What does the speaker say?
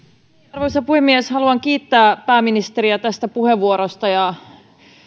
arvoisa puhemies haluan kiittää pääministeriä tästä puheenvuorosta ja